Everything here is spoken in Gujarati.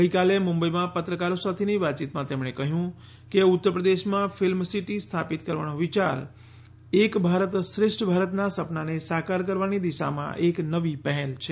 ગઈકાલે મુબઇમાં પત્રકારો સાથેની વાતચીતમાં તેમણે કહ્યું કે ઉત્તરપ્રદેશમાં ફિલ્મ સીટી સ્થાપિત કરવાનો વિચાર એક ભારત શ્રેષ્ઠ ભારતના સપનાને સાકાર કરવાની દિશામાં એક નવી પહેલ છે